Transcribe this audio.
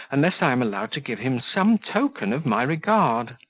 unless i am allowed to give him some token of my regard.